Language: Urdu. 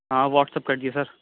ہاں واٹسپ کر دیجیے سر